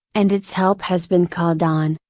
and its help has been called on,